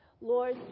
Lord